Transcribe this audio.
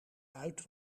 uit